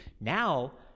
Now